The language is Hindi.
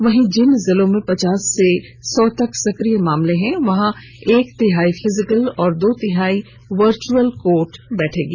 वहीं जिन जिलों में पचास से सौ तक सक्रिय केस हैं वहां एक तिहाई फिजिकल और दो तिहाई वर्च्अल कोर्ट बैठेगी